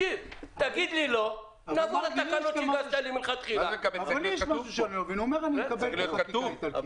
תעבור לתקנות ----- זה צריך להיות כתוב.